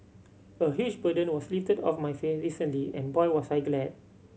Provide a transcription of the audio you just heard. a huge burden was lifted off my face recently and boy was I glad